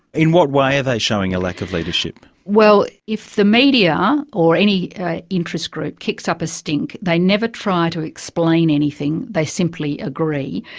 in what way are they showing a lack of leadership? well if the media, or any interest group, kicks up a stink, they never try to explain anything, they simply agree,